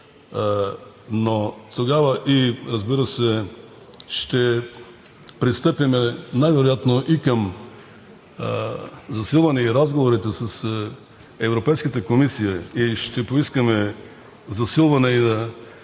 Но, разбира се, ще пристъпим най вероятно към засилване на разговорите с Европейската комисия и ще поискаме засилване,